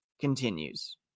continues